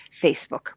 Facebook